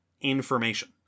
information